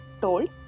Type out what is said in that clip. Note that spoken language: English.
told